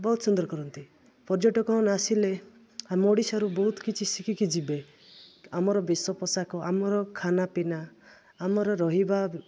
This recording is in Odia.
ବହୁତ ସୁନ୍ଦର କରନ୍ତି ପର୍ଯ୍ୟଟକମାନେ ଆସିଲେ ଆମ ଓଡ଼ିଶାରୁ ବହୁତ କିଛି ଶିଖିକି ଯିବେ ଆମର ବେଶ ପୋଷାକ ଆମର ଖାନା ପିନା ଆମର ରହିବା